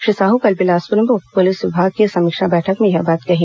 श्री साहू कल बिलासपुर में पुलिस विभाग की समीक्षा बैठक में यह बात कही